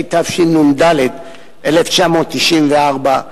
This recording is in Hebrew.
התשנ"ד 1994,